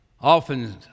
often